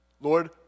Lord